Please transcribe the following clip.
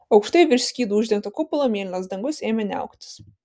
aukštai virš skydu uždengto kupolo mėlynas dangus ėmė niauktis